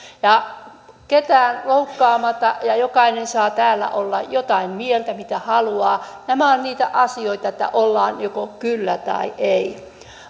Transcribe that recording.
ketään loukkaamatta jokainen saa täällä olla jotain mieltä mitä haluaa nämä ovat niitä asioita että ollaan joko kyllä tai ei